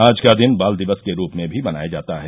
आज का दिन बाल दिवस के रूप में भी मनाया जाता है